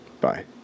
bye